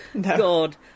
god